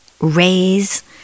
raise